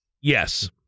Yes